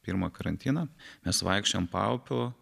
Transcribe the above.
pirmą karantiną mes vaikščiojom paupiu